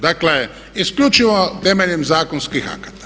Dakle, isključivo temeljem zakonskih akata.